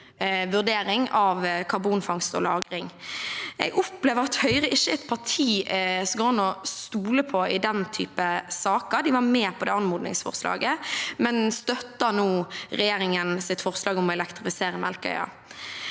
vurdering av karbonfangst og -lagring. Jeg opplever at Høyre ikke er et parti det går an å stole på i denne typen saker. De var med på det anmodningsforslaget, men støtter nå regjeringens forslag om å elektrifisere Melkøya.